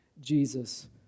Jesus